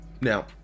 Now